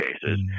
cases